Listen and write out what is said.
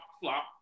flop